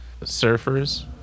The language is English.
surfers